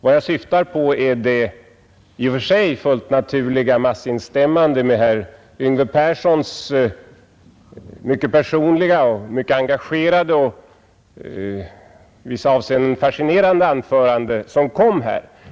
Vad jag syftar på är det i och för sig fullt naturliga massinstämmande i herr Yngve Perssons i Stockholm mycket personliga och mycket engagerade och i vissa avseenden fascinerande anförande som kom här.